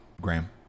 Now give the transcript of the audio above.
Graham